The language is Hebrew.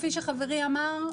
כפי שחברי אמר,